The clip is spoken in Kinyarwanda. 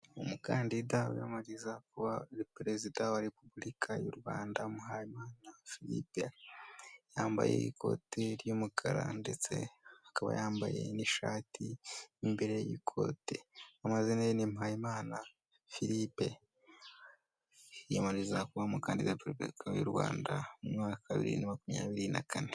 Umukandida wiyamamariza kuba perezida wa Repubulika y'u Rwanda Mpayimana Philippe, yambaye ikote ry'umukara ndetse akaba yambaye n'ishati imbere y'ikote, amazina ye ni Mpayimana Philippe yiyamamariza kuba umukandida wa Repubulika y'u Rwanda mu mwaka bibiri na makumyabiri na kane.